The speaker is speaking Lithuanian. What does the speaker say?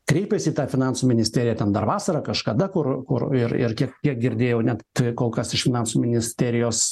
kreipėsi į tą finansų ministeriją ten dar vasarą kažkada kur kur ir ir kiek kiek girdėjau net kol kas iš finansų ministerijos